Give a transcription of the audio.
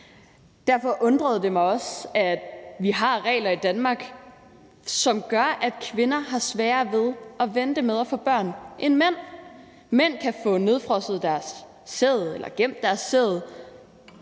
Derfor undrede det mig også, at vi har regler i Danmark, som gør, at kvinder har sværere ved at vente med at få børn end mænd. Mænd kan få nedfrosset deres sæd eller gemt deres sæd